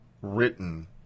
written